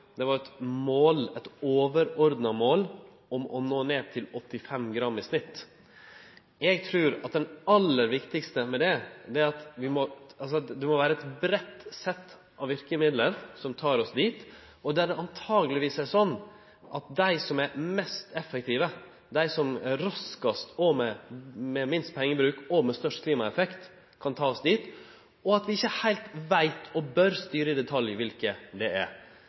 mitt var meir at det vi vart einige om i klimaforliket, og som låg i meldinga, er at det er eit overordna mål å nå ned til 85 gram i snitt. Eg trur at det aller viktigaste er at det må vere eit breitt sett av verkemiddel som tek oss dit, og antakeleg er det slik at dei som er mest effektive, dei som er raskast – og med minst pengebruk og størst klimaeffekt – kan ta oss dit, og at vi ikkje heilt veit og heller ikkje bør styre i detalj kva